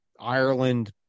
Ireland